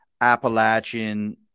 Appalachian